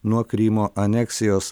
nuo krymo aneksijos